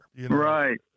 Right